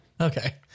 okay